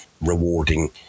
rewarding